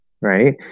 right